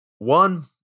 One